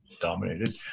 dominated